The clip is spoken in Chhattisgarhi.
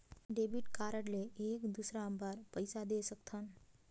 डेबिट कारड ले एक दुसर बार पइसा दे सकथन?